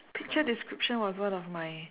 picture description was one of my